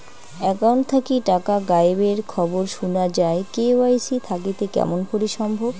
Account থাকি টাকা গায়েব এর খবর সুনা যায় কে.ওয়াই.সি থাকিতে কেমন করি সম্ভব?